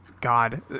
God